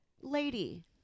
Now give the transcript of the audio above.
lady